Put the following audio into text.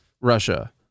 Russia